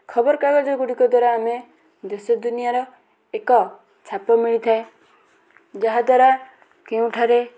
ଖବର୍କାଗଜଗୁଡ଼ିକ ଦ୍ଵାରା ଆମେ ଦେଶ ଦୁନିଆର ଏକ ଛାପ ମିଳିଥାଏ ଯାହା ଦ୍ୱାରା କେଉଁଠାରେ